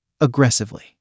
aggressively